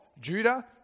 Judah